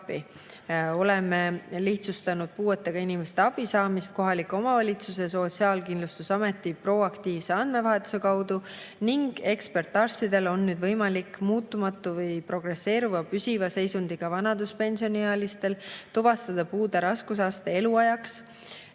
Oleme lihtsustanud puuetega inimeste abisaamist kohaliku omavalitsuse ja Sotsiaalkindlustusameti proaktiivse andmevahetuse kaudu ning ekspertarstidel on nüüd võimalik muutumatu või progresseeruva püsiva seisundiga vanaduspensioniealistel tuvastada puude raskusaste eluajaks.